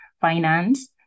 finance